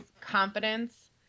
confidence